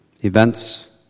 Events